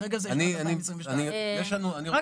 כרגע זה לשנת 2022. בעיקרון,